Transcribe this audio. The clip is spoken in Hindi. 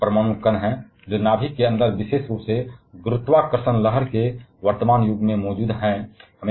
कई उप परमाणु कण हैं जो नाभिक के अंदर विशेष रूप से गुरुत्वाकर्षण लहर की वर्तमान उम्र में मौजूद हैं